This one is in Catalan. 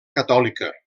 catòlica